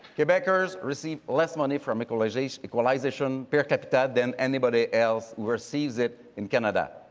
quebecers receive less money from equalization equalization per capita than anybody else receives it in canada.